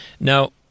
now